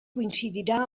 coincidirà